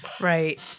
Right